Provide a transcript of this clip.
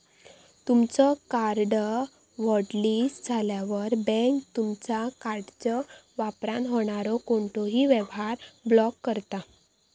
तुमचो card hotlist झाल्यावर, bank तुमचा कार्डच्यो वापरान होणारो कोणतोही व्यवहार ब्लॉक करता